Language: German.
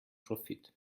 profit